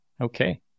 Okay